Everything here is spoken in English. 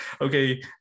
okay